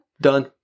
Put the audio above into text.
Done